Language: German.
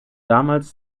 damals